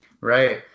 Right